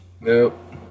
Nope